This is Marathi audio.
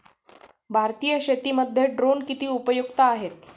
भारतीय शेतीमध्ये ड्रोन किती उपयुक्त आहेत?